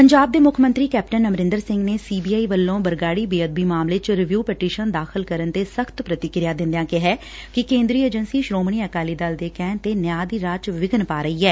ਪੰਜਾਬ ਦੇ ਮੁੱਖ ਮੰਤਰੀ ਕੈਪਟਨ ਅਮਰੰਦਰ ਸਿੰਘ ਨੇ ਸੀ ਬੀ ਆਈ ਵੱਲੋਂ ਬਰਗਾਤੀ ਬੇਅਦਬੀ ਮਾਮਲੇ ਚ ਰਿਵਿਊ ਪਟੀਸ਼ਨ ਦਾਖ਼ਲ ਕਰਨ ਤੇ ਸਖ਼ਤ ਪ੍ਰਤੀਕਿਰਿਆ ਦੰਦਿਆ ਕਿਹਾ ਕਿ ਕੇਂਦਰੀ ਏਜੰਸੀ ਸ੍ਰੋਮਣੀ ਅਕਾਲੀ ਦਲ ਦੇ ਕਹਿਣੇ ਤੇ ਨਿਆਂ ਦੀ ਰਾਹ ਚ ਵਿਘਨ ਪਾ ਰਹੀ ਐ